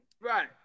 Right